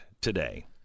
today